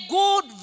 good